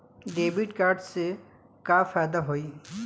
Debit card से का फायदा होई?